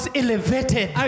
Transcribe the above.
elevated